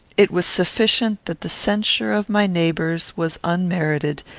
it was sufficient that the censure of my neighbours was unmerited,